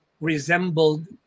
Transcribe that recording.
resembled